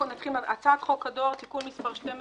"הצעת חוק הדואר (תיקון מס' 12),